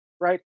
right